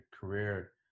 career